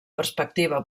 perspectiva